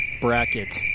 bracket